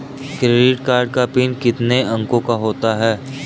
Credit card का PIN कितने अंकों का होता है?